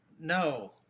no